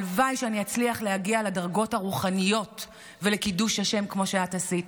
הלוואי שאני אצליח להגיע לדרגות הרוחניות ולקידוש השם כמו שאת עשית.